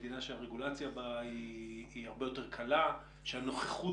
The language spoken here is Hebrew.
מדינה שהרגולציה בה היא קלה יותר והנוכחות